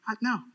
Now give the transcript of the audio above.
No